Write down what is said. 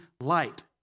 light